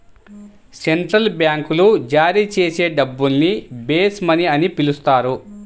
central బ్యాంకులు జారీ చేసే డబ్బుల్ని బేస్ మనీ అని పిలుస్తారు